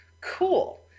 cool